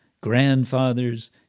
grandfathers